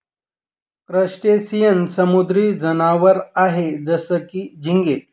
crustacean समुद्री जनावर आहे जसं की, झिंगे